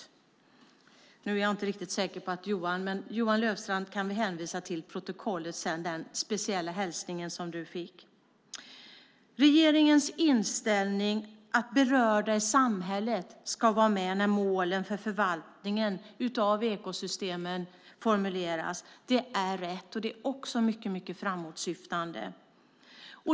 Jag är inte säker på att Johan hör det här, men vi kan hänvisa honom till protokollet där han kan läsa den speciella hälsning som han fick. Regeringens inställning, att berörda i samhället ska vara med när målen för förvaltningen av ekosystemen formuleras, är rätt. Det är också mycket framåtsyftande.